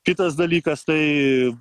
kitas dalykas tai